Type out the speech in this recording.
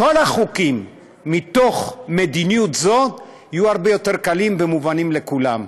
כל החוקים מתוך מדיניות זו יהיו הרבה יותר קלים ומובנים לכולם.